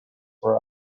were